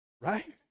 Right